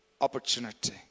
opportunity